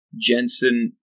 Jensen